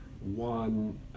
one